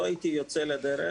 לא הייתי יוצא לדרך